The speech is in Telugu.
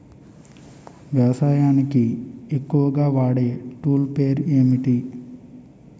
వ్యవసాయానికి ఎక్కువుగా వాడే టూల్ పేరు ఏంటి?